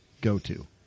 go-to